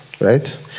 right